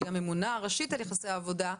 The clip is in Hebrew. שהיא הממונה הראשית על יחסי העבודה,